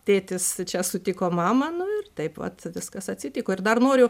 tėtis čia sutiko mamą nu ir taip vat viskas atsitiko ir dar noriu